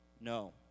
No